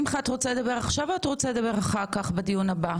שמחה, את רוצה לדבר עכשיו או בדיון הבא?